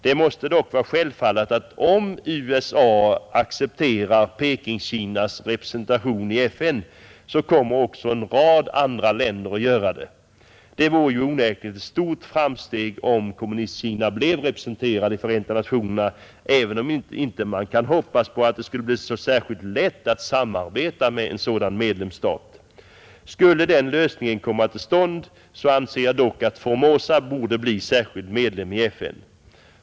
Det måste dock vara självfallet att om USA accepterar Pekingkinas representation i FN så kommer också en rad andra länder att göra det. Det vore onekligen ett stort framsteg om Kommunistkina blev representerat i FN även om man inte kan hoppas på att det skulle bli särskilt lätt att samarbeta med en sådan medlemsstat. Skulle denna lösning komma till stånd borde dock Formosa bli särskild medlem i FN.